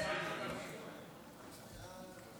בבקשה, חבר הכנסת דלל, לרשותך עשר דקות.